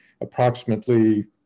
approximately